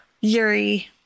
yuri